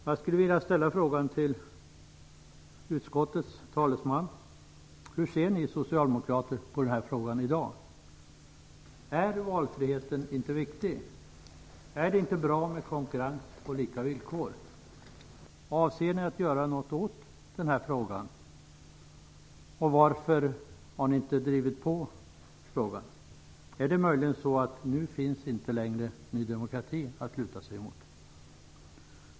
Jag skulle vilja ställa en fråga till utskottets talesman. Hur ser ni socialdemokrater på denna fråga i dag? Är valfriheten inte viktig? Är det inte bra med konkurrens på lika villkor? Avser ni att göra något åt denna fråga. Varför har ni inte drivit på i frågan? Är det möjligen därför att Ny demokrati inte längre finns att luta sig emot?